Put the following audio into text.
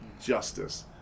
justice